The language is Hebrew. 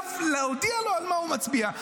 מחויב להודיע לו מה הוא מצביע.